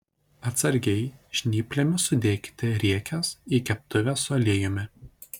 atsargiai žnyplėmis sudėkite riekes į keptuvę su aliejumi